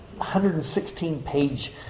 116-page